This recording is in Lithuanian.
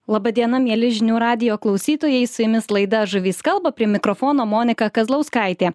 laba diena mieli žinių radijo klausytojai su jumis laida žuvys kalba prie mikrofono monika kazlauskaitė